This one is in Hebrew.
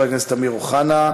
של חבר הכנסת אמיר אוחנה,